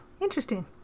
interesting